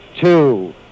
two